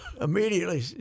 immediately